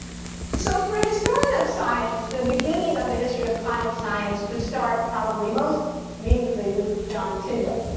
so for a historian of science, the beginning of the history of climate science could start probably most meaningfully with john tyndall,